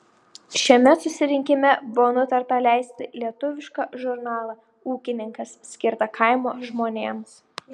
šiame susirinkime buvo nutarta leisti lietuvišką žurnalą ūkininkas skirtą kaimo žmonėms